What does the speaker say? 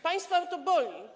Państwa to boli.